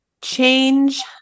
change